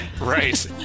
Right